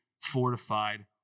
fortified